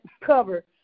cover